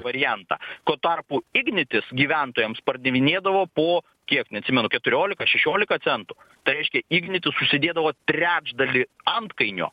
variantą tuo tarpu ignitis gyventojams pardavinėdavo po kiek neatsimenu keturiolika šešiolika centų tai reiškia ignitis užsidėdavo trečdalį antkainio